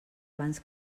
abans